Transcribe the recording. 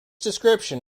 description